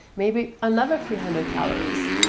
maybe another three hundred calories?